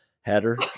header